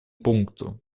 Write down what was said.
пункту